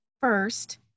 First